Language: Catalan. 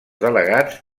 delegats